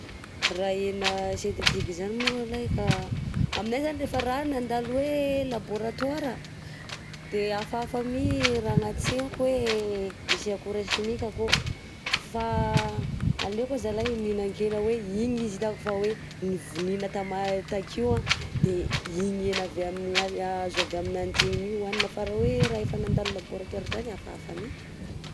Raha hena sententika zany moko alahy ka aminay zany rehefa raha nandalo hoe labaoratoira de afahafa mi raha agnaty segnako hoe misy akora chimique akao fa aleko azalahy mihinan-kena hoe igny izy hitako fa hoe nivonina tama- takeo an de igny hena avy amina azo avy aminanjy igny mi hohanina fa raha hoe raha efa nandalo labaoratoira zany afahafa my.